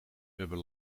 hebben